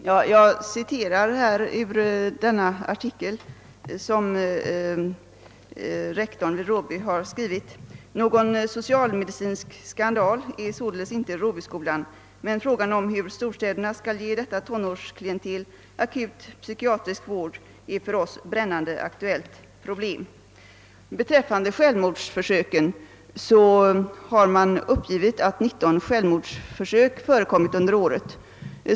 Herr talman! Jag ber att få citera ur den artikel som rektorn vid Råby skrev: »Någon socialmedicinsk skandal är således inte Råbyskolan. Men frågan om hur storstäderna skall ge detta tonårsklientel akut psykiatrisk vård är för oss ett brännande aktuellt problem.» Beträffande självmordsförsöken har man uppgivit att 19 självmordsförsök förekommit under året.